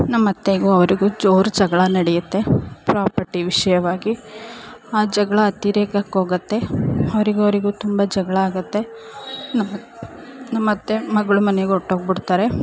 ನಮ್ಮ ಅತ್ತೆಗೂ ಅವ್ರಿಗೂ ಜೋರು ಜಗಳ ನಡೆಯುತ್ತೆ ಪ್ರಾಪರ್ಟಿ ವಿಷಯವಾಗಿ ಆ ಜಗಳ ಅತಿರೇಕಕ್ಕೋಗುತ್ತೆ ಅವ್ರಿಗೂ ಅವ್ರಿಗೂ ತುಂಬ ಜಗಳ ಆಗುತ್ತೆ ನಮ್ಮ ನಮ್ಮ ಅತ್ತೆ ಮಗಳು ಮನೆಗೆ ಹೊರ್ಟೋಗ್ಬಿಡ್ತಾರೆ